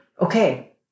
okay